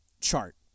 chart